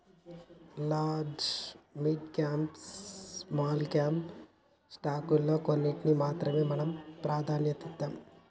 large, mid cap, small cap స్టాకుల్లో కొన్నిటికి మాత్రమే మనం ప్రాధన్యతనిత్తాం